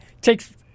takes